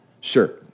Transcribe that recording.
Sure